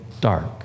dark